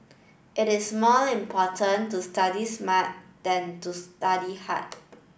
it is more important to study smart than to study hard